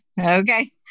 Okay